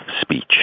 speech